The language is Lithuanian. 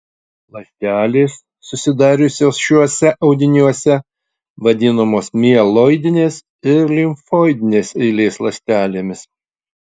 ląstelės susidariusios šiuose audiniuose vadinamos mieloidinės ir limfoidinės eilės ląstelėmis